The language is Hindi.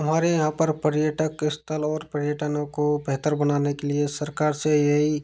हमारे यहाँ पर पर्यटक स्थल और पर्यटनों को बेहतर बनाने के लिए सरकार से यही